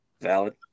valid